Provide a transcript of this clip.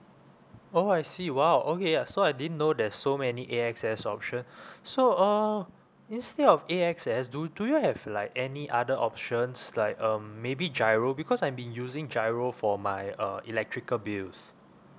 oh I see !wow! okay uh so I didn't know there's so many A_X_S option so uh instead of A_X_S do do you have like any other options like um maybe GIRO because I've been using GIRO for my uh electrical bills